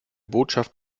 botschaft